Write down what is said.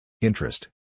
Interest